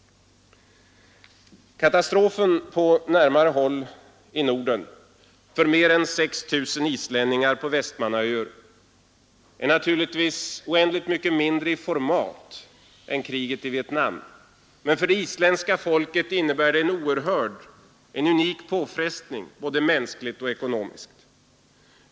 Katastrofen på närmare håll i Norden för mer än 6 000 islänningar på Vestmannaeyur är naturligtvis oändligt mycket mindre i format än kriget i Vietnam. Men för det isländska folket innebär den en oerhörd och unik påfrestning, både mänskligt och ekonomiskt.